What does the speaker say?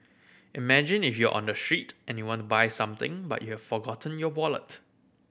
imagine if you're on the street and you want to buy something but you've forgotten your wallet